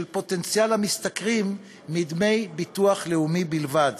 פוטנציאל המשתכרים מדמי ביטוח לאומי בלבד,